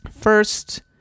First